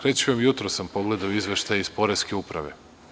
Reći ću vam, jutros sam pogledao izveštaj iz poreske uprave.